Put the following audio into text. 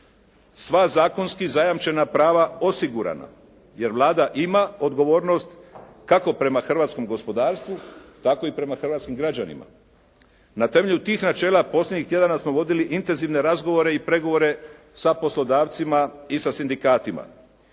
Sva zakonski zajamčena prava osigurana jer Vlada ima odgovornost kako prema hrvatskom gospodarstvu tako i prema hrvatskim građanima. Na temelju tih načela posljednjih tjedana smo vodili intenzivne razgovore i pregovore sa poslodavcima i sa sindikatima.